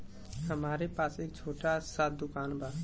हमरे पास एक छोट स दुकान बा